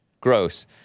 gross